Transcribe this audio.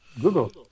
Google